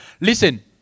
Listen